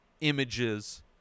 images